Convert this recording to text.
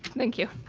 thank you.